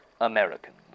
Americans